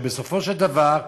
שבסופו של דבר,